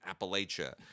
Appalachia